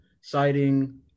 citing